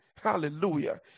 Hallelujah